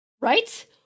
Right